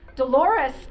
Dolores